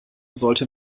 sollte